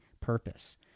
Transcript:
purpose